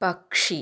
പക്ഷി